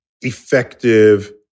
effective